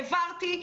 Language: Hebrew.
שהעברתי,